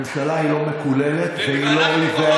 ממשלה היא לא "מקוללת" והיא לא "אויבינו".